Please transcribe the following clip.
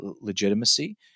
legitimacy